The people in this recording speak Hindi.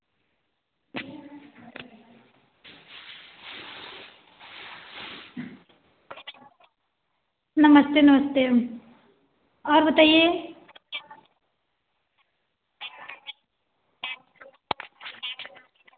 नमस्ते नमस्ते और बताइए